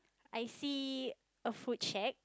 I see a food shack